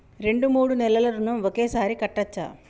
రెండు మూడు నెలల ఋణం ఒకేసారి కట్టచ్చా?